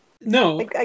No